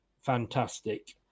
fantastic